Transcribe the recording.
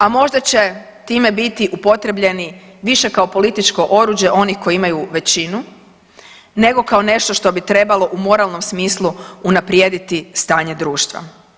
A možda će time biti upotrjebljeni više kao političko oruđe onih koji imaju većinu, nego kao nešto što bi trebalo u moralnom smislu unaprijediti stanje društva.